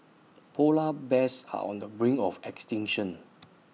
Polar Bears are on the brink of extinction